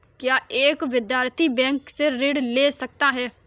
क्या एक विद्यार्थी बैंक से ऋण ले सकता है?